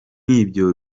ibyo